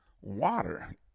Water